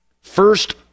first